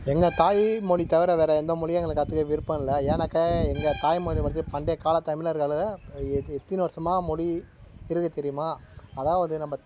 எங்க தாய் மொழி தவிர வேறு எந்த மொழியும் எங்களுக்கு கற்றுக்க விருப்பம் இல்லை ஏன்னாக்க எங்கள் தாய் மொழி வந்துட்டு பண்டையக் கால தமிழர்கள எத்தினை வருசமாக மொழி இருக்குது தெரியுமா அதாவது நம்ம